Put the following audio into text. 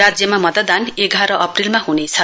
राज्यमा मतदान एघार अप्रेलमा हुनेछ